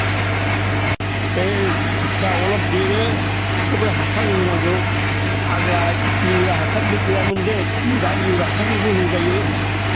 अ बे जिथिया अलब देरो गोबोर हासार होनांगौ आग्ला इउरिया हासारबो गैयामोन दे नै दा इउरिया हासारफोरबो होजायो